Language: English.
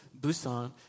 Busan